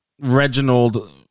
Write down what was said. Reginald